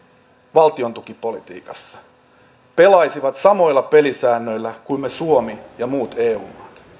valtiontukipolitiikassa pelaisivat samoilla pelisäännöillä kuin me suomi ja muut eu